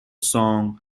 song